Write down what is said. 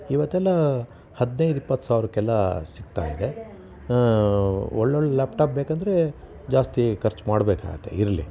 ಇವತ್ತೆಲ್ಲ ಹದ್ನೈದು ಇಪ್ಪತ್ತು ಸಾವಿರಕ್ಕೆಲ್ಲ ಸಿಗ್ತಾಯಿದೆ ಒಳ್ಳೊಳ್ಳೆ ಲ್ಯಾಪ್ ಟಾಪ್ ಬೇಕೆಂದರೆ ಜಾಸ್ತಿ ಖರ್ಚ್ಮಾಡ್ಬೇಕಾಗುತ್ತೆ ಇರಲಿ